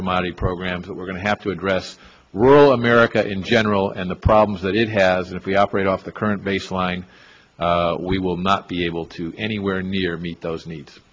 commodity programs that we're going to have to address rural america in general and the problems that it has if we operate off the current baseline we will not be able to anywhere near meet those needs